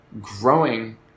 growing